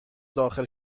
داخل